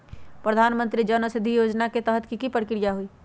प्रधानमंत्री जन औषधि योजना के तहत की की प्रक्रिया होई?